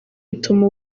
bituma